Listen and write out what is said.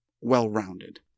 well-rounded